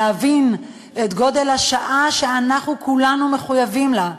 להבין את גודל השעה שאנחנו כולנו מחויבים לה,